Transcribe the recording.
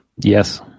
Yes